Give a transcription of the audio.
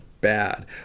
bad